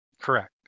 Correct